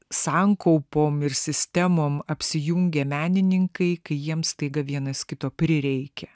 sankaupom ir sistemom apsijungia menininkai kai jiems staiga vienas kito prireikia